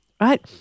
right